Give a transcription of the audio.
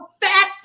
fat